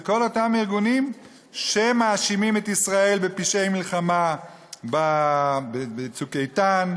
כל אותם ארגונים שמאשימים את ישראל בפשעי מלחמה ב"צוק איתן",